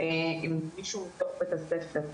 עם מישהו בתוך בית הספר,